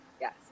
Yes